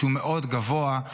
שהוא מאוד גבוה,